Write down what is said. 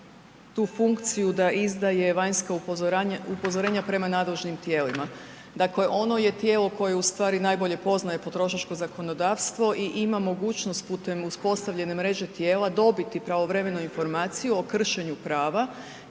tu funkciju da izdaje vanjsko upozorenje prema nadležnim tijelima. Dakle ono je tijelo koje najbolje poznaje potrošačko zakonodavstvo i ima mogućnost putem uspostavljene mreže tijela dobiti pravovremenu informaciju o kršenju prava